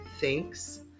thanks